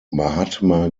mahatma